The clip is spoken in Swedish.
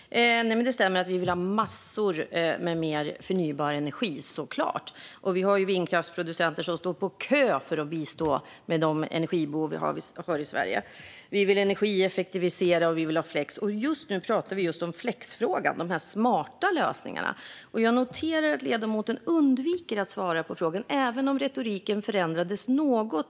Fru talman! Det stämmer såklart att vi vill ha massor av mer förnybar energi. Vindkraftsproducenter står på kö för att bistå när det gäller de energibehov som finns i Sverige. Vi vill energieffektivisera, och vi vill ha flex. Just nu pratar vi om flexfrågan och om de smarta lösningarna. Jag noterade att ledamoten undvek att svara på frågan, även om retoriken förändrades något.